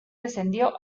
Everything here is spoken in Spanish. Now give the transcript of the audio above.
descendió